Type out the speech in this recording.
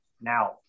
now